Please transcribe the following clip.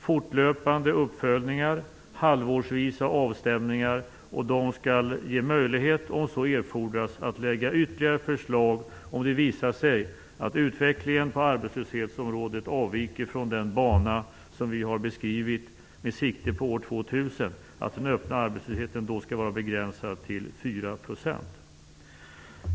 Fortlöpande uppföljningar, halvårsvisa avstämningar, och det skall ges möjlighet om så erfordras att lägga fram ytterligare förslag om det visar sig att utvecklingen på arbetslöshetsområdet avviker från den bana som vi har beskrivit med sikte på år 2000, dvs. att den öppna arbetslösheten då skall vara begränsad till 4 %.